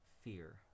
fear